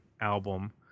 album